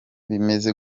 bimeze